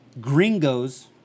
gringos